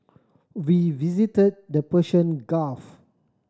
we visit the Persian Gulf